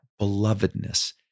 belovedness